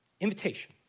invitation